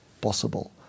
possible